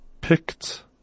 picked